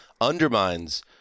undermines